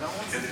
אתה גם רוצה?